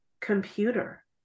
computer